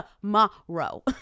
tomorrow